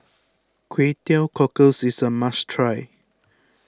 Kway Teow Cockles is a must try